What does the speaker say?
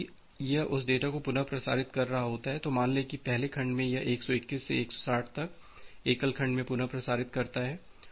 जब भी यह उस डेटा को पुन प्रसारित कर रहा होता है तो मान लें कि पहले खंड में यह 121 से 160 तक एकल खंड में पुन प्रसारित करता है